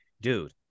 dude